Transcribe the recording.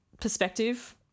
perspective